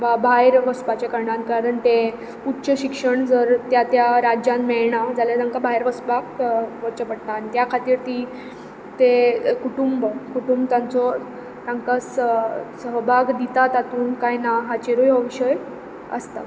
वा भायर वचपाच्या कारणान कारण ते उच्च शिक्षण जर त्या त्या राज्यान मेळना जाल्यार तांकां भायर वचपाक वचचें पडटा आनी त्या खातीर तीं तें कुटूंब कुटूंब तांचो तांकां सह सहभाग दिता तातूंत काय ना हाचेरय हो विशय आसता